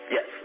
Yes